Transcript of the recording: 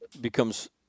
becomes